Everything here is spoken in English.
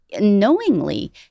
knowingly